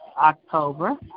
October